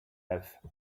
oath